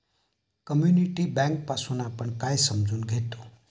Community bank पासुन आपण काय समजून घेतो?